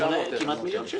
כמעט מיליון שקל.